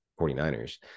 49ers